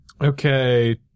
Okay